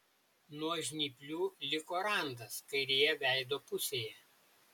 nuo žnyplių liko randas kairėje veido pusėje